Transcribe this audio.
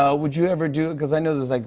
ah would you ever do cause i know there's, like